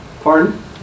Pardon